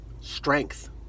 strength